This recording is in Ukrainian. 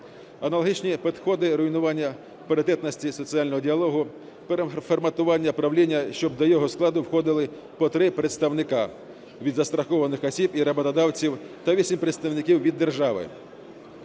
Аналогічні підходи руйнування паритетності і соціального діалогу, переформатування правління, щоб до його складу входили по три представника від застрахованих осіб і роботодавців та вісім представників від держави.